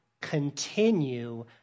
continue